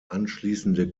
anschließende